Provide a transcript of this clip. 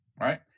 right